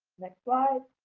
next slide.